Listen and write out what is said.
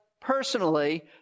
personally